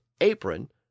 apron